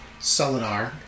Selenar